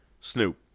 Snoop